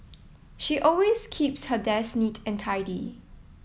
she always keeps her desk neat and tidy